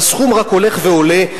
והסכום רק הולך ועולה,